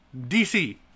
DC